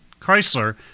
Chrysler